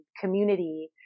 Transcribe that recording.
community